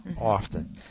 often